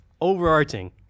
overarching